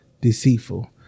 Deceitful